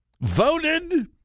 voted